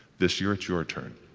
this year it's your turn.